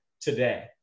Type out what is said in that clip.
today